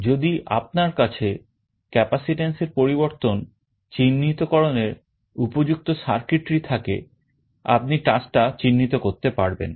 যদি আপনার কাছে capacitance এর পরিবর্তন চিহ্নিতকরণের উপযুক্ত circuitry থাকে আপনি touch টা চিহ্নিত করতে পারবেন